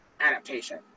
adaptation